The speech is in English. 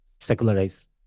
secularize